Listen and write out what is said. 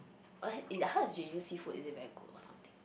oh then how is Jeju seafood is it very good or something